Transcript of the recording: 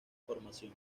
formación